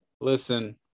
Listen